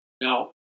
Now